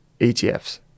ETFs